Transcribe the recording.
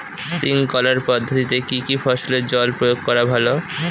Sprinkler পদ্ধতিতে কি কী ফসলে জল প্রয়োগ করা ভালো?